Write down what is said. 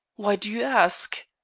why do you ask?